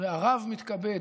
והרב מתכבד,